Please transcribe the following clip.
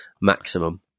maximum